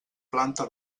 planta